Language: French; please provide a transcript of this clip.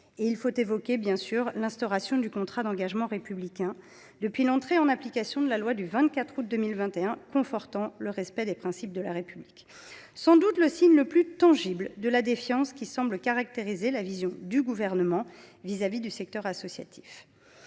Et il faut évoquer, bien sûr, l’instauration du contrat d’engagement républicain (CER), depuis l’entrée en application de la loi du 24 août 2021 confortant le respect des principes de la République, qui constitue sans doute le signe le plus tangible de la défiance qui semble caractériser la vision qu’a le Gouvernement du secteur associatif.